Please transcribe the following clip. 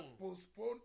postpone